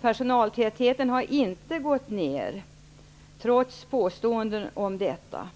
Personaltätheten har inte gått ned, trots påståenden om detta.